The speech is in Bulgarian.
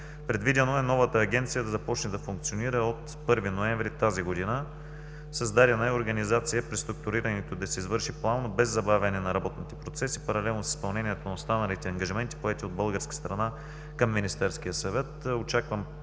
Предвидено е новата Агенция да започне да функционира от 1 ноември 2017 г. Създадена е организация, преструктурирането да се извърши плавно без забавяне на работните процеси. Паралелно с изпълнението на останалите ангажименти, поети от българска страна към Министерския съвет,